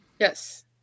Yes